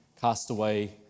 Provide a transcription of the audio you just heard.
castaway